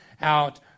out